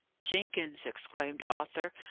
jenkins! exclaimed arthur,